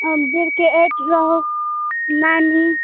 आओर बिकेट यए नैनी